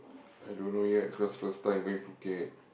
I don't know yet cause first time going Phuket